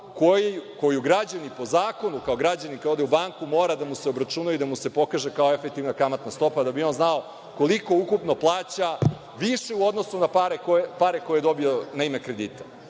koje građani, po zakonu, kao građanin kada ode u banku, mora da mu se obračuna i da mu se pokaže kao efektivna kamatna stopa, da bi on znao koliko ukupno plaća više u odnosu na pare koje dobija na ime kredita.